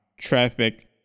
traffic